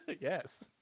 Yes